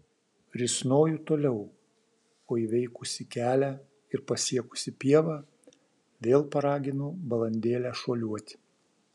risnoju toliau o įveikusi kelią ir pasiekusi pievą vėl paraginu balandėlę šuoliuoti